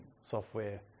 software